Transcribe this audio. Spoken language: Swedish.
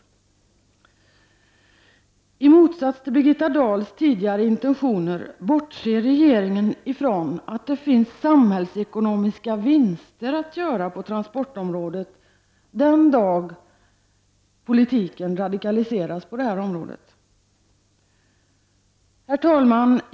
I motsats till Birgitta Dahls tidigare intentioner bortser regeringen från att det finns samhällsekonomiska vinster att göra på transportområdet den dag politiken radikaliseras på detta område. Herr talman!